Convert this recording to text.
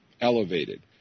elevated